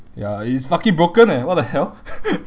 ya it's fucking broken eh what the hell